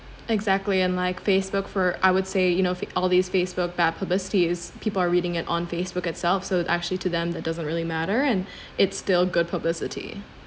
exactly and like Facebook for I would say you know f~ all these Facebook bad publicity is people are reading it on Facebook itself so actually to them that doesn't really matter and it's still good publicity